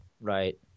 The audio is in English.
Right